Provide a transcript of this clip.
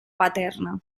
paterna